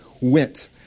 went